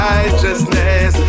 Righteousness